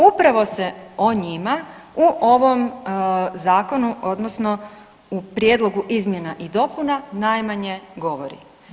Upravo se o njima u ovom zakonu odnosno u prijedlogu izmjena i dopuna najmanje govori.